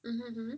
mmhmm